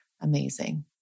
amazing